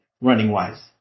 running-wise